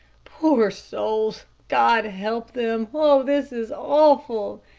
poor souls god help them. oh, this is awful,